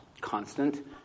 constant